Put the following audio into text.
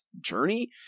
journey